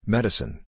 Medicine